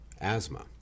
asthma